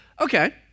okay